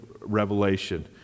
Revelation